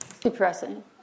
Depressing